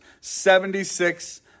seventy-six